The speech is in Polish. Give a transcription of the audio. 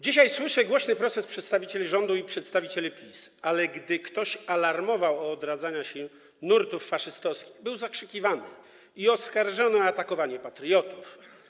Dzisiaj słyszę głośny protest przedstawicieli rządu i przedstawicieli PiS, ale gdy ktoś alarmował o odradzaniu się nurtów faszystowskich, był zakrzykiwany i oskarżany o atakowanie patriotów.